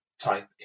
type